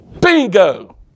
Bingo